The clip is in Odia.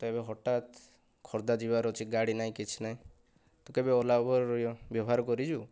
ମତେ ଏବେ ହଠାତ ଖୋର୍ଦ୍ଧା ଯିବାର ଅଛି ଗାଡ଼ି ନାହିଁ କିଛି ନାହିଁ ତୁ କେବେ ଓଲା ଉବର ବ୍ୟବହାର କରିଛୁ